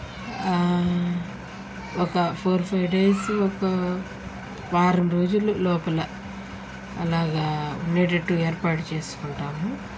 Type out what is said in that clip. ఒక four five days ఒక వారం రోజులు లోపల అలాగా ఉండేటట్టు ఏర్పాటు చేసుకుంటాము